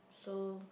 so